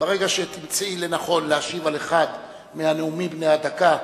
ברגע שתמצאי לנכון להשיב על אחד מהנאומים בני דקה,